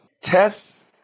tests